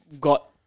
got